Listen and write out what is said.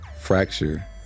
fracture